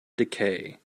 decay